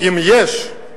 אם יש,